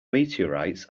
meteorites